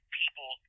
people